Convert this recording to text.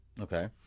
okay